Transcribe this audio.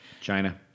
China